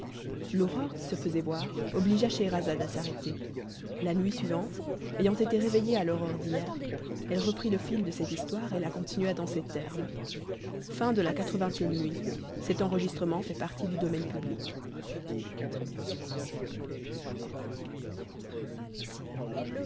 l'aurore qui se faisait voir obligea scheherazade à s'arrêter la nuit suivante ayant été réveillée à l'heure ordinaire elle reprit le fil de cette histoire et la continua dans ces termes lxxxi nuit